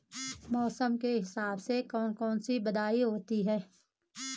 मौसम के हिसाब से कौन कौन सी बाधाएं होती हैं?